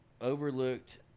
overlooked